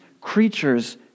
creatures